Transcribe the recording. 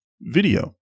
video